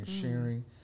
sharing